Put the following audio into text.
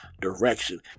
direction